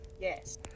yes